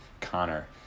connor